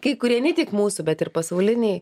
kai kurie ne tik mūsų bet ir pasauliniai